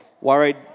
worried